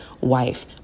wife